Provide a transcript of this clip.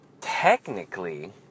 technically